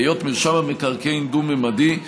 בהיות מרשם המקרקעין דו-ממדי,